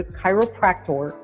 chiropractor